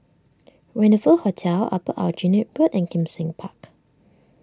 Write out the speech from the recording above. Rendezvous Hotel Upper Aljunied Pool and Kim Seng Park